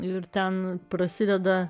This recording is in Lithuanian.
ir ten prasideda